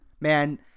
man